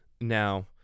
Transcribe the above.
Now